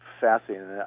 fascinating